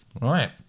Right